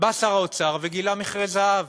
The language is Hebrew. בא שר האוצר וגילה מכרה זהב.